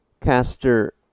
caster